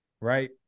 right